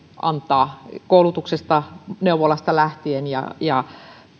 antaa koulutuksesta ja neuvolasta lähtien ja ja